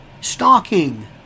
Stalking